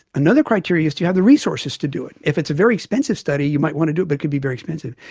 another criteria is do you have the resources to do it. if it's a very expensive study you might want to do it but it could be very expensive.